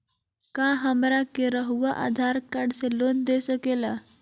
क्या हमरा के रहुआ आधार कार्ड से लोन दे सकेला?